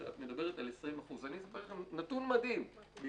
את מדברת על 20%. אני אתן לכם נתון מדהים מאסטוניה,